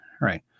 right